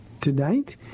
Tonight